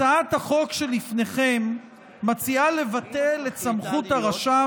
הצעת החוק שלפניכם מציעה לבטל את סמכות הרשם